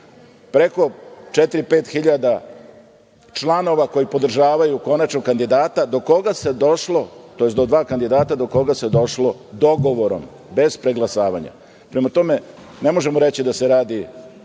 pet hiljada članova koji podržavaju konačnog kandidata do koga se došlo, tj. do dva kandidata do koja se došlo dogovorom, bez preglasavanja. Prema tome, ne možemo reći da se radi